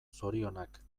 zorionak